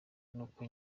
nuko